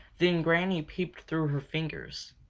then granny peeped through her fingers.